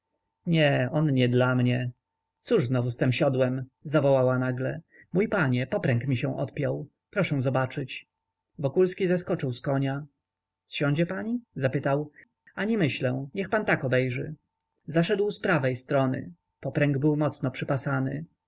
nie on nie dla mnie cóż znowu z tem siodłem zawołała nagle mój panie popręg mi się odpiął proszę zobaczyć wokulski zeskoczył z konia zsiądzie pani zapytał ani myślę niech pan tak obejrzy zaszedł z prawej strony popręg był mocno